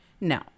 No